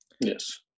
Yes